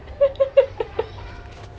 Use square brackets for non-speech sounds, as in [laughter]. [laughs]